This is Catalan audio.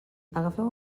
agafeu